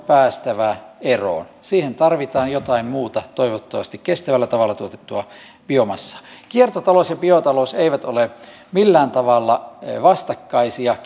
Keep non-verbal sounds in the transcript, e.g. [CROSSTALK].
päästävä eroon siihen tarvitaan jotain muuta toivottavasti kestävällä tavalla tuotettua biomassaa kiertotalous ja biotalous eivät ole millään tavalla vastakkaisia [UNINTELLIGIBLE]